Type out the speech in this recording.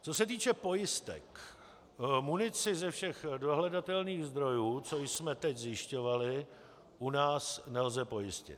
Co se týče pojistek, munici ze všech dohledatelných zdrojů, co jsme teď zjišťovali, u nás nelze pojistit.